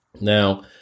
Now